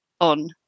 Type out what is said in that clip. on